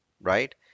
right